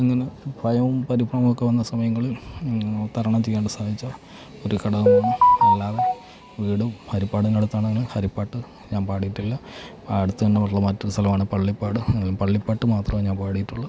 അങ്ങനെ ഭയവും പരിഭവവും ഒക്കെ വന്ന സമയങ്ങളിൽ തരണം ചെയ്യാൻ വേണ്ടി സഹായിച്ച ഒരു ഘടകമാണ് അത് അല്ലാതെ വീടും ഹരിപ്പാടിനടുത്ത് ആണെങ്കിലും ഹരിപ്പാട്ട് ഞാൻ പാടിയിട്ടില്ല അടുത്ത് തന്നെ വള്ളം മാറ്റുന്ന സ്ഥലമാണ് പള്ളിപ്പാട് പള്ളിപ്പാട്ട് മാത്രമേ ഞാൻ പാടിയിട്ടുള്ളൂ